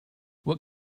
what